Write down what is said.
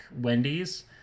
wendy's